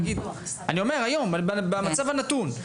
כן, היום במצב הנתון.